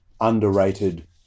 underrated